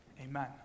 Amen